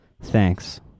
Thanks